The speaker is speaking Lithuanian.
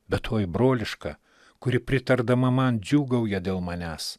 bet toji broliška kuri pritardama man džiūgauja dėl manęs